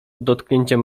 dotknięciem